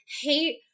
hate